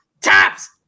taps